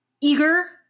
eager